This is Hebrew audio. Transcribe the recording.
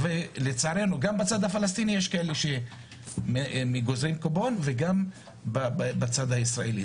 לצערנו גם בצד הפלסטיני יש כאלה שגוזרים קופון וגם בצד הישראלי.